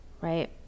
right